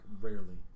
rarely